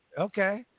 okay